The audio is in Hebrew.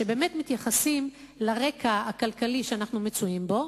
שבאמת מתייחסים לרקע הכלכלי שאנחנו מצויים בו,